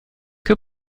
que